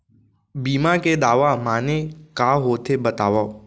बीमा के दावा माने का होथे बतावव?